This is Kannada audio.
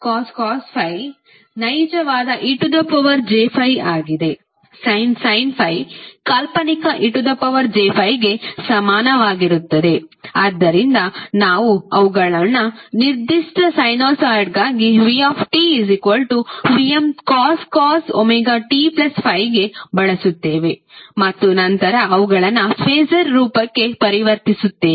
cos ∅ ನೈಜವಾದ ej∅ ಆಗಿದೆ sin ∅ ಕಾಲ್ಪನಿಕ ej∅ಗೆ ಸಮಾನವಾಗಿರುತ್ತದೆ ಆದ್ದರಿಂದ ನಾವು ಅವುಗಳನ್ನು ನಿರ್ದಿಷ್ಟ ಸೈನುಸಾಯ್ಡ್ಗಾಗಿ vtVmcos ωt∅ಗೆ ಬಳಸುತ್ತೇವೆ ಮತ್ತು ನಂತರ ಅವುಗಳನ್ನು ಫಾಸರ್ ರೂಪಕ್ಕೆ ಪರಿವರ್ತಿಸುತ್ತೇವೆ